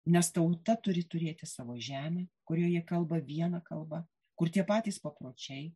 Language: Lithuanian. nes tauta turi turėti savo žemę kurioje kalba viena kalba kur tie patys papročiai